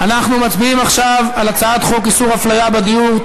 אנחנו מצביעים עכשיו על הצעת חוק איסור הפליה בדיור,